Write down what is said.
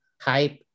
hype